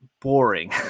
boring